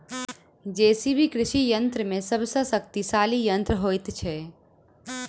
JCB कृषि यंत्र मे सभ सॅ शक्तिशाली यंत्र होइत छै